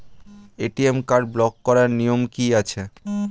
ATM card block করার নিয়ম কি আছে?